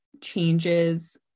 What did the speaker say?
changes